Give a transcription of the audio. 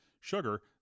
sugar